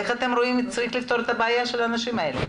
איך אתם רואים שצריך לפתור את הבעיה של האנשים האלה?